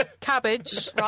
cabbage